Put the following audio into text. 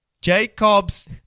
Jacob's